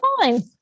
fine